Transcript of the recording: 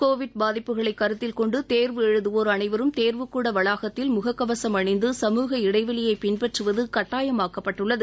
Covid பாதிப்புகளை கருத்தில் கொண்டு தேர்வு எழுதவோர் அனைவரும் தேர்வுக்கூட வளாகத்தில் முகக்கவசம் அணிந்து சமூக இடைவெளியைப் பின்பற்றுவது கட்டாயமாக்கப்பட்டுள்ளது